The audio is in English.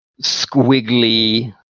squiggly